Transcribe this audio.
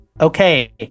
Okay